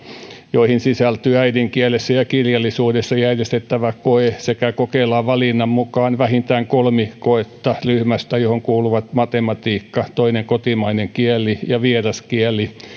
joihin sisältyy äidinkielessä ja kirjallisuudessa järjestettävä koe sekä kokelaan valinnan mukaan vähintään kolme koetta ryhmästä johon kuuluvat matematiikka toinen kotimainen kieli ja vieras kieli